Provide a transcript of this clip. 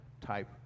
type